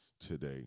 today